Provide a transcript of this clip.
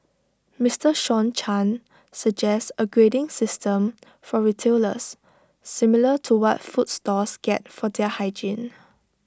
Mister Sean chan suggests A grading system for retailers similar to what food stalls get for their hygiene